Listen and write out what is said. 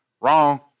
wrong